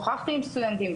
שוחחתי עם סטודנטים,